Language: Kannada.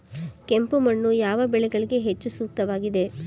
ಕೆಂಪು ಮಣ್ಣು ಯಾವ ಬೆಳೆಗಳಿಗೆ ಹೆಚ್ಚು ಸೂಕ್ತವಾಗಿದೆ?